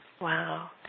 Wow